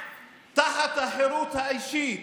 תחת החירות האישית,